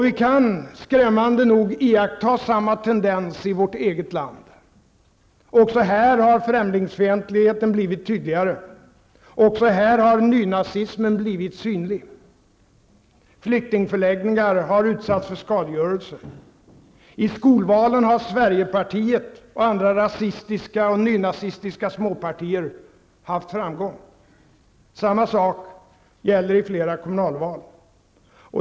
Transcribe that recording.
Vi kan skrämmande nog iaktta samma tendens i vårt eget land. Också här har främlingsfientligheten blivit tydligare. Också här har nynazismen blivit synlig. Flyktingförläggningar har utsatts för skadegörelse. I skolvalen har Sverigepartiet och andra rasistiska och nynazistiska småpartier haft framgång. Samma sak gäller i flera kommunalval.